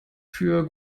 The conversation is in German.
für